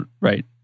right